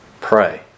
Pray